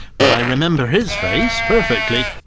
but i remember his face perfectly.